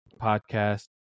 podcast